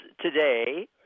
today